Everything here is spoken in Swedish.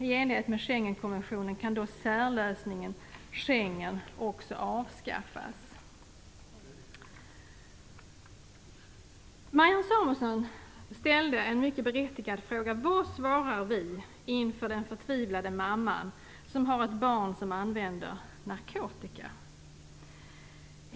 I enlighet med Schengenkonventionen kan då Marianne Samuelsson ställde en mycket berättigad fråga: Vad svarar vi inför den förtvivlade mamma som har ett barn som använder narkotika?